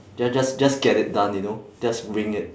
ju~ just just get it done you know just wing it